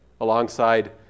alongside